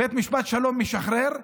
בית משפט השלום משחרר,